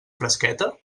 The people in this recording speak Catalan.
fresqueta